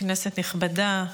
כנסת נכבדה,